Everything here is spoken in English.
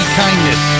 kindness